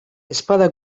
ezpada